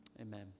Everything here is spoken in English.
Amen